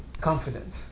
confidence